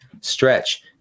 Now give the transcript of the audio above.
stretch